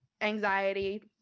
anxiety